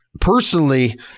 Personally